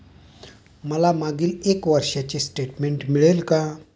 मला मागील एक वर्षाचे स्टेटमेंट मिळेल का?